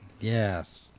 Yes